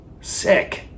Sick